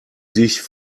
sich